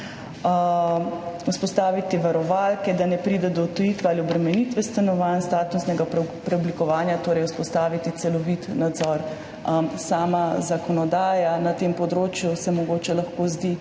vzpostaviti varovalke, da ne pride do odtujitve ali obremenitve stanovanj, statusnega preoblikovanja, torej vzpostaviti celovit nadzor. Sama zakonodaja na tem področju se mogoče lahko zdi